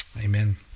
Amen